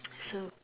so